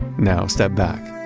now step back.